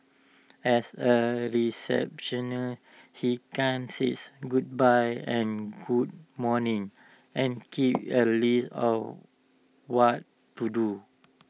as A receptionist he can says goodbye and good morning and keep A list of what to do